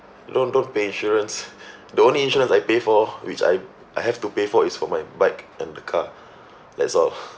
don't don't pay insurance the only insurance I pay for which I I have to pay for is for my bike and the car that's all